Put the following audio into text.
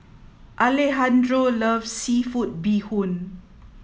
Alejandro loves seafood bee hoon